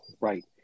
right